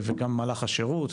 וגם במהלך השרות.